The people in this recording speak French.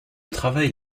travail